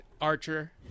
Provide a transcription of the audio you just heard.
Archer